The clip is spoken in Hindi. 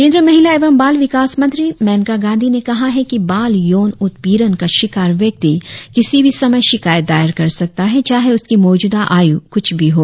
केंद्रीय महिला एवं बाल विकास मंत्री मेनका गांधी ने कहा है कि बाल यौन उत्पीड़न का शिकार व्यक्ति किसी भी समय शिकायत दायर कर सकता है चाहे उसकी मौजूदा आयु कुछ भी हो